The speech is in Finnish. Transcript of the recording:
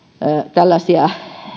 tällaisia